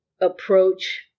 approach